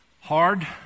hard